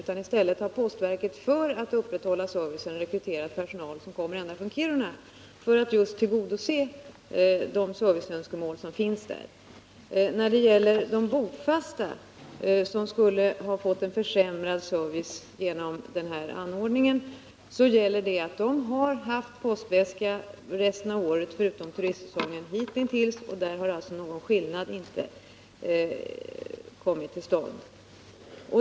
I stället har postverket rekryterat personal som kommer ända från Kiruna för att upprätthålla servicen och tillgodose de önskemål som finns. Den bofasta befolkning som skulle ha fått försämrad service genom denna anordning har hittills haft postväska resten av året — under icke turistsäsong — och därvidlag har alltså inte någon skillnad kommit till stånd.